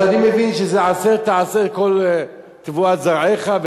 אז אני מבין שזה "עשר תעשר את כל תבואת זרעך",